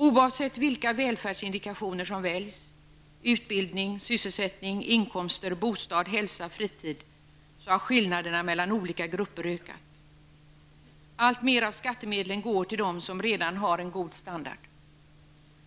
Oavsett vilka välfärdsindikationer som väljs -- det må vara utbildning, sysselsättning, inkomster, bostad, hälsa eller fritid -- har skillnaderna mellan olika grupper ökat. Alltmer av skattemedlen går till dem som redan har en god standard.